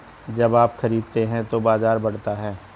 जब आप खरीदते हैं तो बाजार बढ़ता है